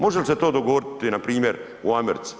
Može li se to dogoditi npr. u Americi?